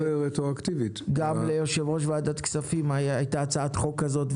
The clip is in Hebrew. גם ליושב-ראש ועדת הכספים הייתה הצעת חוק כזאת,